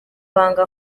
banga